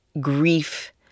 grief